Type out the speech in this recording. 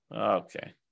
Okay